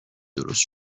درست